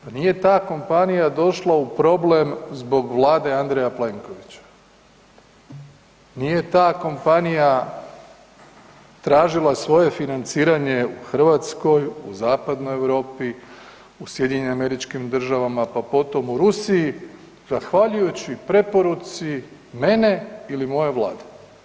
Pa nije ta kompanija došla u problem zbog Vlade Andreja Plenkovića, nije ta kompanija tražila svoje financiranje u Hrvatskoj, u Zapadnoj Europi, u SAD-u, pa potom u Rusiji zahvaljujući preporuci mene ili moje Vlade.